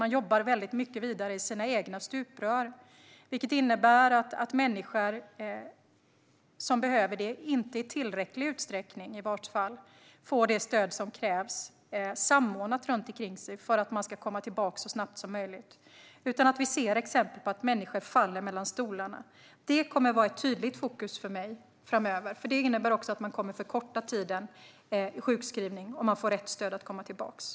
Man jobbar väldigt mycket i sina egna stuprör, vilket innebär att människor inte i tillräcklig utsträckning får det samordnade stöd som krävs för att de ska kunna komma tillbaka så snabbt som möjligt. Vi ser exempel på att människor faller mellan stolarna. Detta kommer att vara ett tydligt fokus för mig framöver. Det innebär nämligen att man kommer att förkorta tiden i sjukskrivning om människor får rätt stöd för att komma tillbaka.